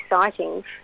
sightings